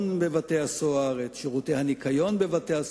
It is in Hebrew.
בבתי-הסוהר ואת שירותי הניקיון בבתי-הסוהר,